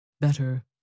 better